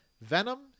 Venom